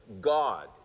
God